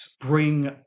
bring